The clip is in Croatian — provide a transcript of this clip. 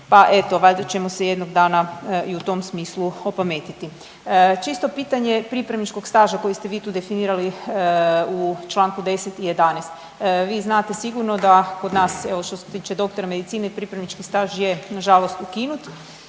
pa eto valjda ćemo se jednog dana i u tom smislu opametiti. Čisto pitanje pripravničkog staža koji ste vi tu definirali u čl. 10. i 11. Vi znate sigurno da kod nas evo što se tiče doktora medicine pripravnički staž je nažalost ukinut,